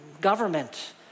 government